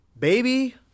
Baby